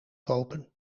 kopen